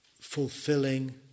fulfilling